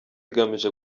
igamije